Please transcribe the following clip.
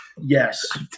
Yes